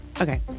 Okay